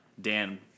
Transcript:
Dan